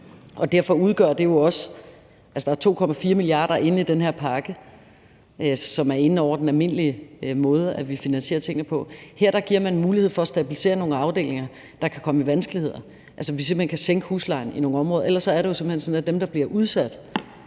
progression. Altså, der er 2,4 mia. kr. inde i den her pakke, som er inde over den almindelige måde, vi finansierer tingene på. Her giver man en mulighed for at stabilisere nogle afdelinger, der kan komme i vanskeligheder – så man simpelt hen kan sænke huslejen i nogle områder. Ellers er det jo sådan, at når folk bliver udsat